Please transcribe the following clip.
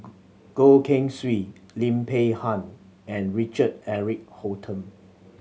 Goh Keng Swee Lim Peng Han and Richard Eric Holttum